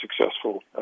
successful